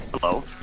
Hello